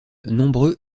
nombreux